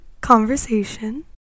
conversation